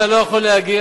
אתה לא יכול להגיע,